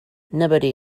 nobody